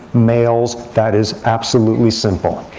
males, that is absolutely simple.